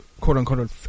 quote-unquote